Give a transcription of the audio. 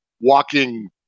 walking